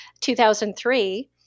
2003